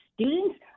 students